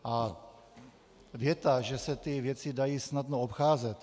A věta, že se ty věci dají snadno obcházet...